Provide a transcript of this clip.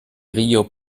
rio